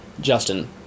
Justin